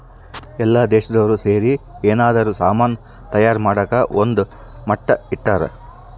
ಎಲ್ಲ ದೇಶ್ದೊರ್ ಸೇರಿ ಯೆನಾರ ಸಾಮನ್ ತಯಾರ್ ಮಾಡಕ ಒಂದ್ ಮಟ್ಟ ಇಟ್ಟರ